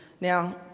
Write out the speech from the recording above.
Now